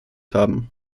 haben